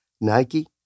Nike